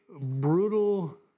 brutal